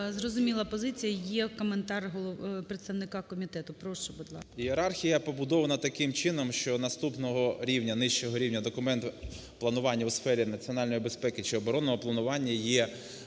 Зрозуміла позиція. Є коментар представника комітету. Прошу, будь ласка. 13:28:48 ВІННИК І.Ю. Ієрархія побудована таким чином, що наступного рівня, нижчого рівня документа планування у сфері національної безпеки чи оборонного планування є